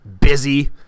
busy